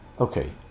Okay